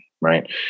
right